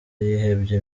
yihebye